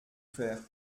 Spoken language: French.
faire